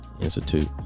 institute